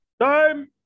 Time